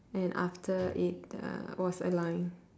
and after it uh was a line